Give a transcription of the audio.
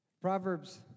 Proverbs